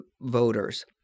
voters